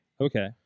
Okay